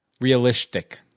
Realistic